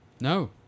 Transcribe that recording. No